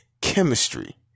Chemistry